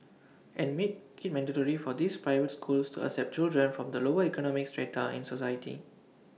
and make IT mandatory for these private schools to accept children from the lower economic strata in society